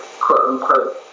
quote-unquote